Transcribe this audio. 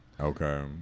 okay